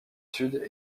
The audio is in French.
sud